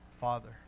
Father